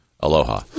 Aloha